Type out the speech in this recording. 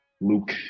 luke